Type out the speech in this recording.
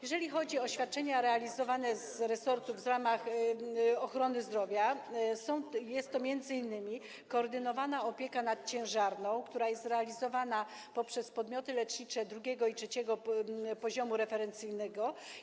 Jeżeli chodzi o świadczenia realizowane ze środków resortu w ramach ochrony zdrowia, jest to m.in. koordynowana opieka nad ciężarną, która jest realizowana przez podmioty lecznicze drugiego i trzeciego poziomu referencyjnego.